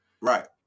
Right